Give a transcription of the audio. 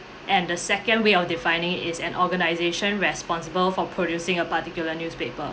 and the second way of defining is an organisation responsible for producing a particular newspaper